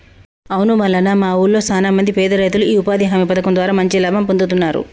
అవును మల్లన్న మా ఊళ్లో సాన మంది పేద రైతులు ఈ ఉపాధి హామీ పథకం ద్వారా మంచి లాభం పొందుతున్నారు